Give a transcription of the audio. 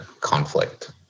conflict